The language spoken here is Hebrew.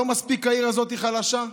לא מספיק העיר הזאת חלשה?